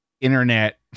internet